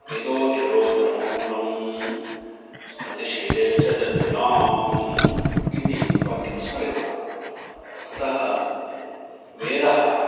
वेदोखिलो धर्ममूलं स्मृतिशीले च तद्विदाम् इति वाक्यं स्मर्यते अतः वेदः